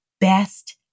best